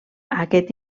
aquest